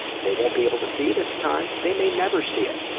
they won't be able to see it at the time. they may never see it,